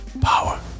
Power